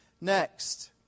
next